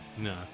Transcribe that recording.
No